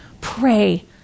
pray